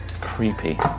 creepy